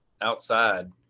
outside